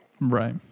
Right